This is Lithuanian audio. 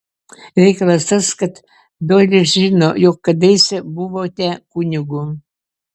reikalas tas kad doilis žino jog kadaise buvote kunigu